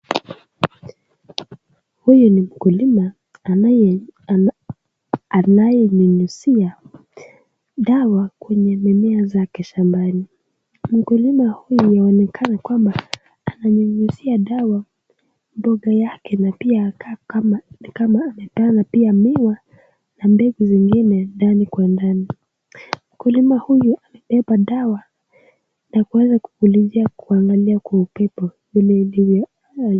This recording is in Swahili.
Huyu ni mkulima anaye nyunyizia dawa mimea zake shambani, mkulima huyu anaonekana kwamba anayunyizia dawa mboga yake na pia anaa ni kama amepanda miwa na mbegu zingine ndani kwa ndani, mkulima huyu amebeba dawa, ya kuweza kuangali kwa upepo.